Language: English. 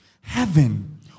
heaven